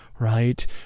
right